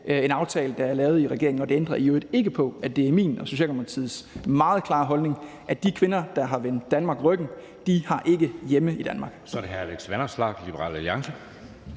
en aftale, der er lavet i regeringen, og det ændrer i øvrigt ikke på, at det er min og Socialdemokratiets meget klare holdning, at de kvinder, der har vendt Danmark ryggen, ikke har hjemme i Danmark. Kl. 09:55 Anden næstformand